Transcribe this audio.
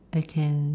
I can